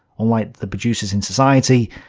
unlike the producers in society,